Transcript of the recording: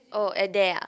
oh at there